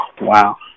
wow